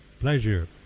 pleasure